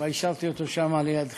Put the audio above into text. אבל השארתי אותו שם, ליד חיליק.